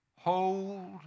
hold